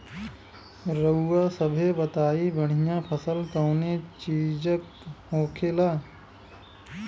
रउआ सभे बताई बढ़ियां फसल कवने चीज़क होखेला?